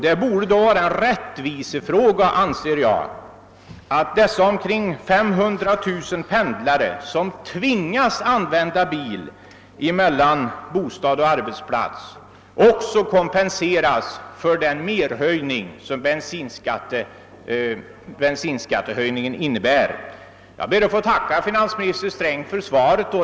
Det borde då vara ett rättvisekrav, anser jag, att dessa omkring 500 000 pendlare, som tvingas använda bil mellan bostad och arbetsplats, också kompenseras för den merkostnad som bensinskattehöjningen innebär. | Jag ber att få tacka finansministe Sträng för svaret.